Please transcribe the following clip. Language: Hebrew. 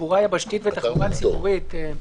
תחבורה יבשתית ותחבורה ציבורית,